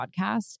podcast